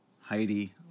Heidi